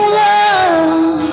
love